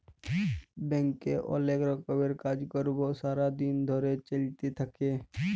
ব্যাংকে অলেক রকমের কাজ কর্ম সারা দিন ধরে চ্যলতে থাক্যে